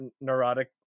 neurotic